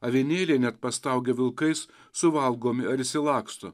avinėliai net pastaugia vilkais suvalgomi ar išsilaksto